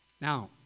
Now